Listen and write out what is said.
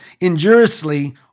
injuriously